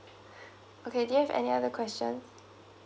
okay do you have any other question